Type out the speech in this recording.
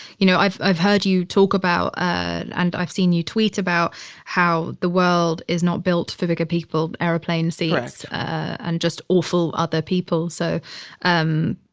you know, i've i've heard you talk about and i've seen you tweet about how the world is not built for bigger people, airplane seats and just awful other people. so um